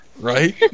Right